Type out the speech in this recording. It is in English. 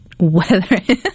weather